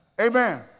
Amen